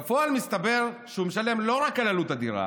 בפועל מסתבר שהוא משלם לא רק על עלות הבנייה,